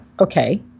Okay